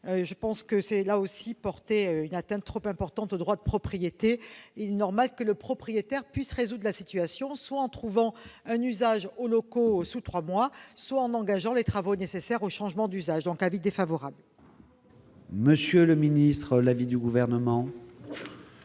reviendrait, là aussi, à porter une atteinte trop importante au droit de propriété. Il est normal que le propriétaire puisse résoudre la situation soit en trouvant un usage aux locaux sous trois mois, soit en engageant les travaux nécessaires au changement d'usage. Quel est l'avis du Gouvernement